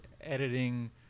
editing